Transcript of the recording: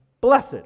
blessed